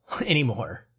anymore